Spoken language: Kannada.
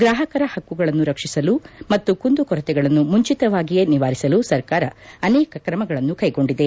ಗ್ರಾಹಕರ ಪಕ್ಕುಗಳನ್ನು ರಕ್ಷಿಸಲು ಮತ್ತು ಕುಂದು ಕೊರತೆಗಳನ್ನು ಮುಂಚಿತವಾಗಿಯೇ ನಿವಾರಿಸಲು ಸರ್ಕಾರ ಅನೇಕ ಕ್ರಮಗಳನ್ನು ಕೈಗೊಂಡಿದೆ